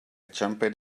jumped